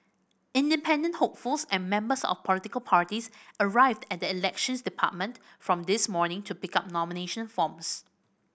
independent hopefuls and members of political parties arrived at the Elections Department from this morning to pick up nomination forms